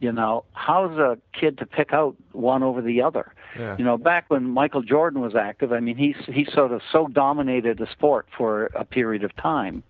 you know how is the kid to pick out one over the other you know back when michael jordan was active i mean he he sort of so dominated the sport for a period of time